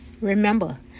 remember